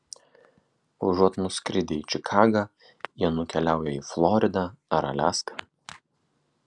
užuot nuskridę į čikagą jie nukeliauja į floridą ar aliaską